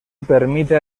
permite